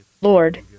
Lord